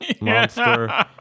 monster